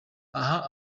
aha